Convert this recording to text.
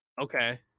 Okay